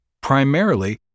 Primarily